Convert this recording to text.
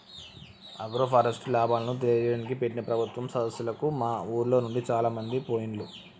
agroforest లాభాలను తెలియజేయడానికి పెట్టిన ప్రభుత్వం సదస్సులకు మా ఉర్లోనుండి చాలామంది పోయిండ్లు